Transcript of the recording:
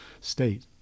state